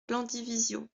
landivisiau